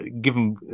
given